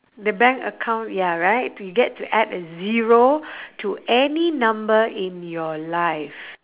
the bank account ya right to get to add a zero to any number in your life